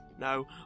No